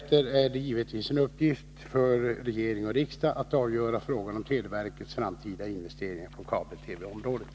Anser regeringen att större investeringar på kabel-TV-området bör behandlas av regering och riksdag?